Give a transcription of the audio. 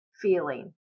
feeling